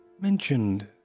mentioned